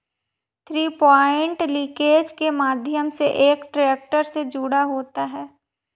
three point linkage के माध्यम से एक ट्रैक्टर से जुड़ा होता है